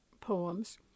poems